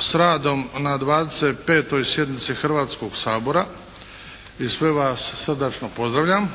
s radom na 25. sjednici Hrvatskoga sabora i sve vas srdačno pozdravljam.